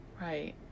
Right